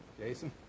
Jason